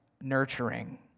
nurturing